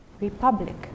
republic